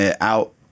out